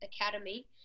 Academy